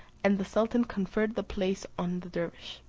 and the sultan conferred the place on the dervise.